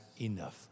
enough